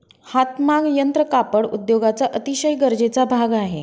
हातमाग यंत्र कापड उद्योगाचा अतिशय गरजेचा भाग आहे